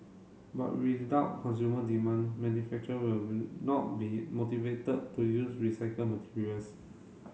but without consumer demand manufacturer will not be motivated to use recycled materials